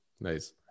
Nice